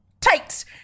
tights